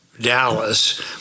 Dallas